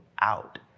out